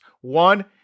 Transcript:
One